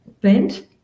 bent